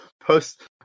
post